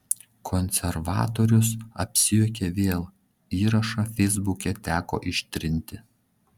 konservatorius apsijuokė vėl įrašą feisbuke teko ištrinti